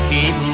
Keep